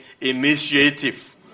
initiative